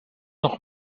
noch